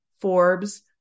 Forbes